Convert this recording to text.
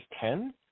ten